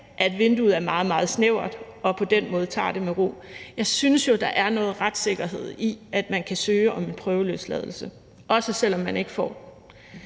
at vinduet er meget, meget snævert, og at de derfor tager det med ro. Jeg synes jo, der er noget retssikkerhed i, at man kan søge om en prøveløsladelse, også selv om man ikke får